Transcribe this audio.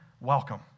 welcome